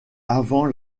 avant